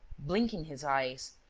blinking his eyes,